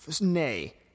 nay